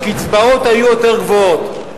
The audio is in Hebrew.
הקצבאות היו יותר גבוהות.